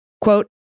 Quote